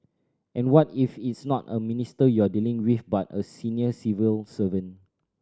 and what if it's not a minister you're dealing with but a senior civil servant